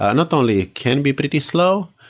ah not only ah can be pretty slow,